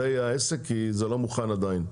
זה יהיה העסק, כי זה לא מוכן עדיין,